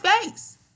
face